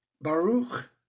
Baruch